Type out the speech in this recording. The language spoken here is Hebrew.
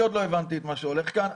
עדיין לא הבנתי מה שהולך כאן,